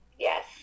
Yes